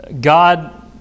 God